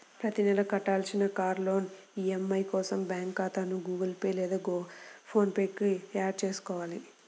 ప్రతి నెలా కట్టాల్సిన కార్ లోన్ ఈ.ఎం.ఐ కోసం బ్యాంకు ఖాతాను గుగుల్ పే లేదా ఫోన్ పే కు యాడ్ చేసుకోవాలి